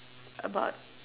about